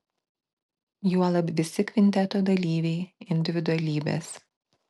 juolab visi kvinteto dalyviai individualybės